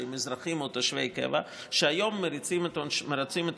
שהם אזרחים או תושבי קבע והיום מרצים את